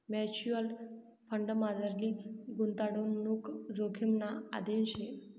mutual फंडमझारली गुताडणूक जोखिमना अधीन शे